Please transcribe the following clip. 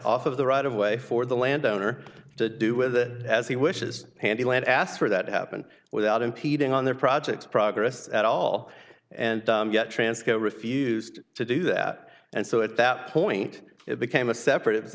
off of the right of way for the landowner to do with it as he wishes handle and asked for that happen without impeding on their projects progress at all and yet transco refused to do that and so at that point it became a separate it's